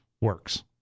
works